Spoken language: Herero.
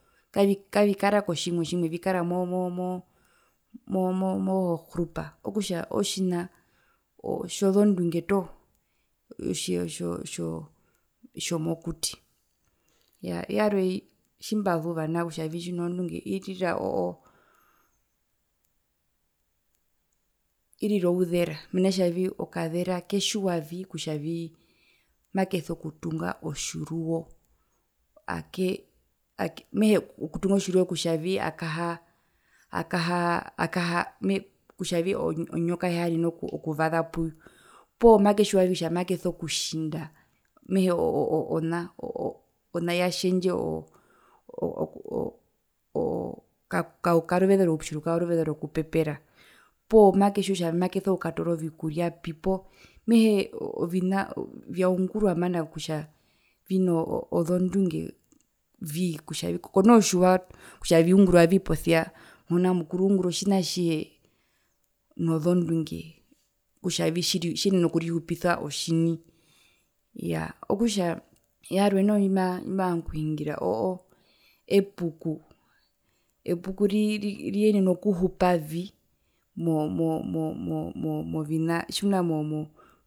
Kavi kavikara kotjimwe tjimwe vikara mo mo mo mozogrupa otjina tjozondunge toho tjo tjo tjo tjomokuti yaa yarwe tjimbazuva nao kutja tjino zondunge irira oo oo ira ouzera mena kutjavii okazera ketjiwavi kutja makeso kutunga otjiruwo akee akee mehee okutunga otjiruwo kutjavii oke okaha okahaa okahaa mehee kutjavii onyoka aihaenene okuvaza pu poo maketjiwavi kutjavii makeso kutjinda mehee ona oo o o ona yatjendje oo oo karuveze roupyu rukwao oruveze rokupepera poo maketjiwa kutja makeso kukatoora ovikuriapi poo mehee ovina vyungurwa mana kutja vino zondunge vii konoo tjiwa kutja viungurwavi posia muhona mukuru uungura otjina atjihe nozondunge kutja vetji tjiyenene okurihupisa otjini iyaa okutja yarwe noho ndjimbahara okuhungira oo oo epuku, epuku riyenena okuhupavi mo mo mo movina tjimuna mo mo